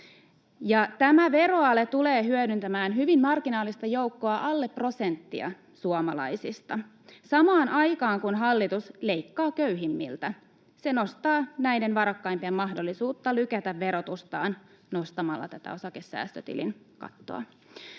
tämä veroale tulee hyödyntämään hyvin marginaalista joukkoa, alle prosenttia suomalaisista. Samaan aikaan, kun hallitus leikkaa köyhimmiltä, se nostaa näiden varakkaimpien mahdollisuutta lykätä verotustaan nostamalla tätä osakesäästötilin kattoa.